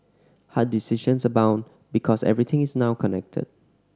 hard decisions abound because everything is now connected